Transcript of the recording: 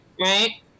Right